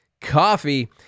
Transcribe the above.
Coffee